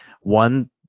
one